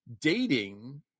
dating